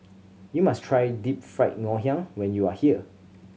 you must try Deep Fried Ngoh Hiang when you are here